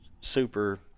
super